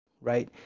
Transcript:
right